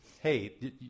Hey